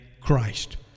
christ